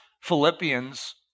Philippians